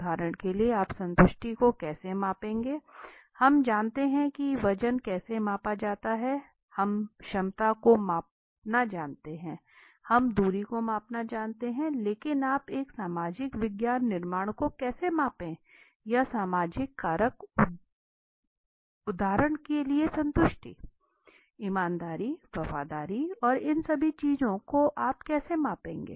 उदाहरण के लिए आप संतुष्टि को कैसे मापेंगे हम जानते हैं कि वजन कैसे मापा जाता हैहम क्षमता को मापना जानते हैं हम दूरी को मापना जानते हैं लेकिन आप एक सामाजिक विज्ञान निर्माण को कैसे मापें या सामाजिक कारक उदाहरण के लिए संतुष्टि ईमानदारी वफादारी और इन सभी चीजों को तो आप कैसे मापेंगे